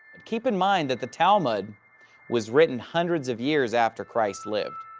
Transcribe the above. keep in mind that the talmud was written hundreds of years after christ lived,